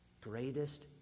greatest